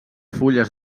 fulles